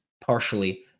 partially